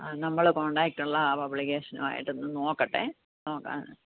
ആ നമ്മൾ കോണ്ടാക്റ്റ് ഉള്ള ആ പബ്ലികേഷനുമായിട്ട് ഒന്ന് നോക്കട്ടെ നോക്കാം ആ